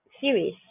series